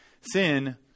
Sin